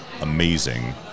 amazing